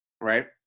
right